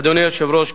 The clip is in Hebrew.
אדוני היושב-ראש,